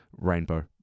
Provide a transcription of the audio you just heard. rainbow